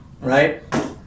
Right